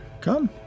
come